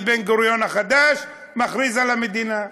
אני, בן גוריון החדש, מכריז על המדינה.